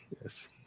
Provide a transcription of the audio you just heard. Yes